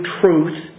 truth